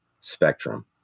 spectrum